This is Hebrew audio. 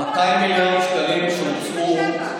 איפה שרת השוויון החברתי?